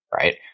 right